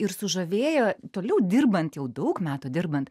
ir sužavėjo toliau dirbant jau daug metų dirbant